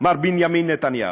מר בנימין נתניהו.